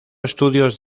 estudios